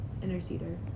interceder